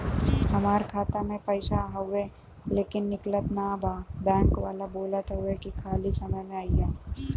हमार खाता में पैसा हवुवे लेकिन निकलत ना बा बैंक वाला बोलत हऊवे की खाली समय में अईहा